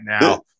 now